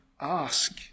ask